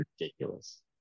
ridiculous